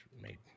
made